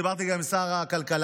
דיברתי גם עם שר הכלכלה.